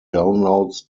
downloads